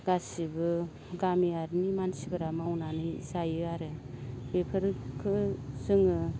गासैबो गामियारिनि मानसिफोरा मावनानै जायो आरो बेफोरखो जोङो